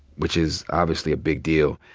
which is obviously a big deal.